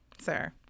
sir